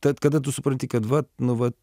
tad kada tu supranti kad va nu va